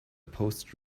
post